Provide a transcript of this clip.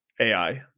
AI